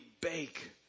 bake